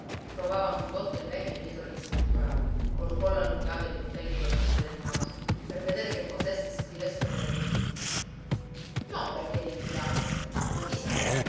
trovava ogni volta il vecchio dietro gli scritturali col collo allungato e gli occhiali su la punta del naso per vedere che cosa essi scrivessero nei registri non perché diffidasse ma chi sa